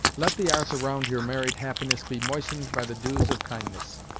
let the arth around your married happiness be moistened by the dews of kindness.